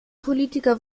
politiker